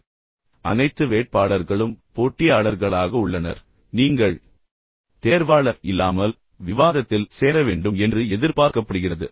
மேலும் அனைத்து வேட்பாளர்களும் போட்டியாளர்களாக உள்ளனர் பின்னர் நீங்கள் தேர்வாளர் இல்லாமல் விவாதத்தில் சேர வேண்டும் என்று எதிர்பார்க்கப்படுகிறது